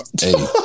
Hey